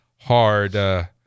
hard –